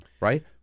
right